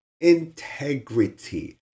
integrity